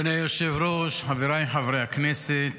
אדוני היושב-ראש, חבריי חברי הכנסת,